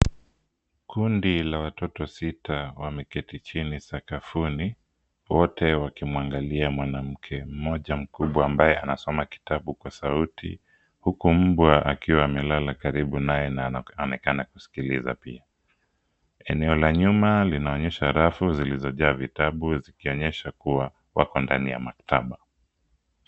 Kundi la watoto sita limeketi chini sakafuni, wote wakimwangalia mwanamke mmoja mkubwa ambaye anasoma kitabu kwa sauti huku mbwa akiwa amelala karibu naye na amekaa na kusikiliza pia. Eneo la nyuma linaonyesha rafu zilizojaa vitabu zikionyesha kuwa wako ndani ya maktaba.